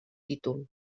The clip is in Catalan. títol